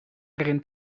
erin